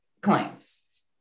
claims